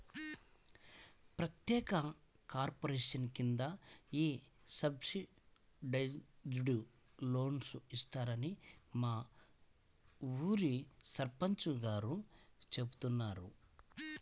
ప్రత్యేక కార్పొరేషన్ కింద ఈ సబ్సిడైజ్డ్ లోన్లు ఇస్తారని మా ఊరి సర్పంచ్ గారు చెబుతున్నారు